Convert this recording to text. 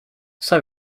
saj